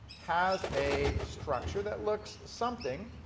has a structure that looks something.